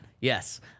yes